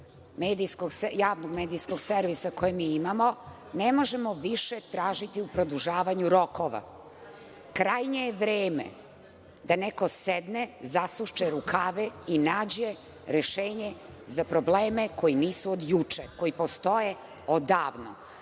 Javnog medijskog servisa koje mi imamo ne može više tražiti u produžavanju rokova. Krajnje je vreme da neko sedne, zasuče rukave i nađe rešenje za probleme koji nisu od juče, koji postoje odavno.